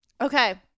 Okay